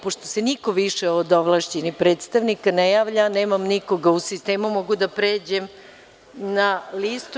Pošto se niko više od ovlašćenih predstavnika ne javlja za reč, nemam nikoga u sistemu, mogu da pređem na listu.